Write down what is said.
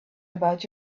about